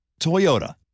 Toyota